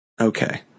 Okay